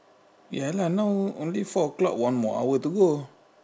ya lah now only four o'clock one more hour to go